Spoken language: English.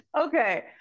Okay